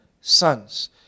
sons